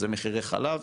זה מחירי חלב,